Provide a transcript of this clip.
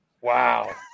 Wow